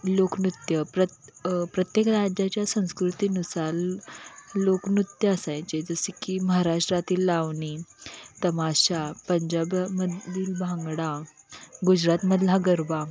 लोकनृत्य प्रत प्रत्येक राज्याच्या संस्कृतीनुसार लोकनृत्य असायचे जसे की महाराष्ट्रातील लावणी तमाशा पंजाबमधील भांगडा गुजरातमधला गरबा